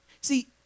See